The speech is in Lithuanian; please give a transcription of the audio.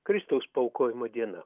kristaus paaukojimo diena